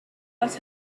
but